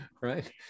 right